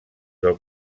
del